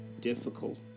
difficult